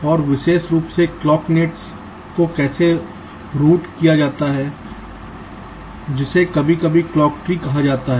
और विशेष रूप से क्लॉक नेट्स को कैसे रूट किया जाता है जिसे कभी कभी क्लॉक ट्री कहा जाता है